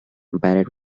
barrett